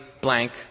blank